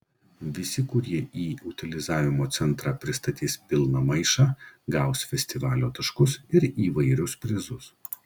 visi kurie į utilizavimo centrą pristatys pilną maišą gaus festivalio taškus ir įvairius prizus